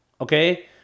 okay